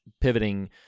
pivoting